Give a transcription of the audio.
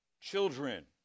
children